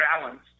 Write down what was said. balanced